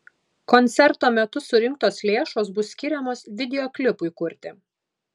koncerto metu surinktos lėšos bus skiriamos videoklipui kurti